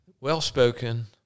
well-spoken